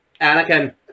Anakin